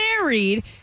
married